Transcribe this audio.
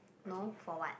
no for what